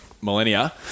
millennia